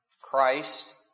Christ